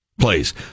please